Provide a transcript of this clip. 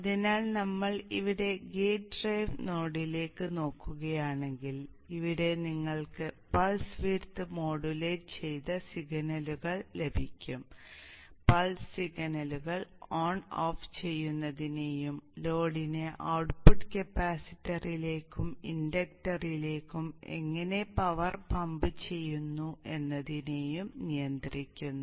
അതിനാൽ നമ്മൾ ഇവിടെ ഗേറ്റ് ഡ്രൈവ് നോഡിലേക്ക് നോക്കുകയാണെങ്കിൽ ഇവിടെ നിങ്ങൾക്ക് പൾസ് വിഡ്ത് മോഡുലേറ്റ് ചെയ്ത സിഗ്നലുകൾ ലഭിക്കും പൾസ് സിഗ്നലുകൾ ഓൺ ഓഫ് ചെയ്യുന്നതിനെയും ലോഡിന്റെ ഔട്ട്പുട്ട് കപ്പാസിറ്ററിലേക്കും ഇൻഡക്റ്ററിലേക്കും എങ്ങനെ പവർ പമ്പ് ചെയ്യുന്നു എന്നതിനെയും നിയന്ത്രിക്കുന്നു